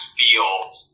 fields